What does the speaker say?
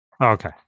Okay